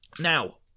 Now